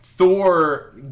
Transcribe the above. Thor